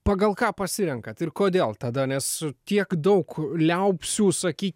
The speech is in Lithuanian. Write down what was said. pagal ką pasirenkat ir kodėl tada nes tiek daug liaupsių sakykim